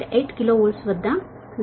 8 KV వద్ద 0